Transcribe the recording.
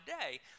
day